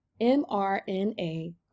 mRNA